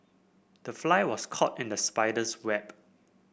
the fly was caught in the spider's web